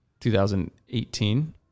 2018